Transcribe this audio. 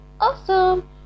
awesome